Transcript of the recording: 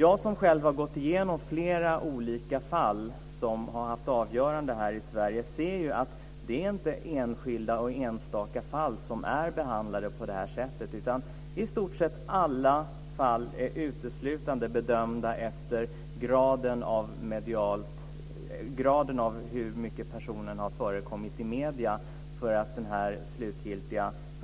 Jag som själv har gått igenom flera olika fall som har avgjorts här i Sverige ser ju att det inte är enskilda och enstaka fall som har behandlats på detta sätt, utan i stort sett alla fall är uteslutande bedömda efter graden av hur mycket personen har förekommit i medierna för att